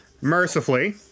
mercifully